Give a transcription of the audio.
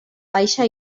baixa